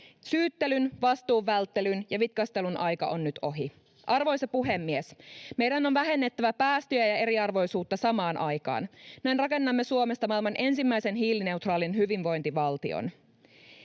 Syyttelyn, vastuun välttelyn ja vitkastelun aika on nyt ohi. Arvoisa puhemies! Meidän on vähennettävä päästöjä ja eriarvoisuutta samaan aikaan. Näin rakennamme Suomesta maailman ensimmäisen hiilineutraalin hyvinvointivaltion.